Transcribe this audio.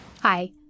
Hi